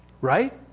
right